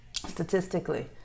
statistically